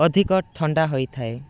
ଅଧିକ ଥଣ୍ଡା ହୋଇଥାଏ